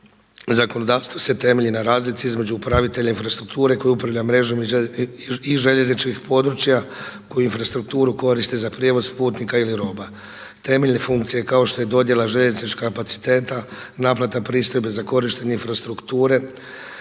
Zakonodavstvo se temelji na razlici između upravitelja infrastrukture koji upravlja mrežom i željezničkih područja koji infrastrukturu koristi za prijevoz putnika ili roba. Temeljne funkcije kao što je dodjela željezničkih kapaciteta, naplata pristojbe za korištenje infrastrukture